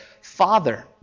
Father